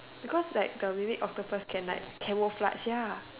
because like the mermaid octopus can like camouflage ya